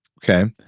okay.